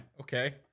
Okay